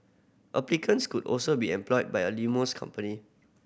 applicants could also be employed by a limousine company